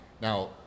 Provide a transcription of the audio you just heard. now